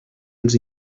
els